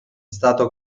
stato